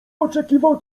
oczekiwał